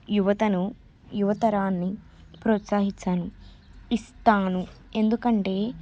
యువతను యువతరాన్ని ప్రోత్సహిస్తాను ఇస్తాను ఎందుకంటే